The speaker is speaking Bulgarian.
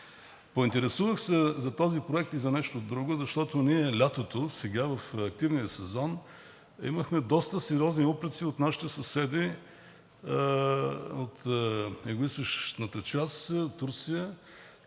поинтересувах се за този проект и за нещо друго, защото ние лятото – сега в активния сезон, имахме доста сериозни упреци от нашите съседи от югоизточната част, Турция,